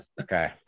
Okay